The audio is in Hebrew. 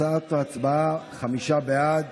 תוצאת ההצבעה: חמישה בעד,